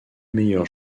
meilleur